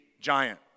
giant